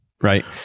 right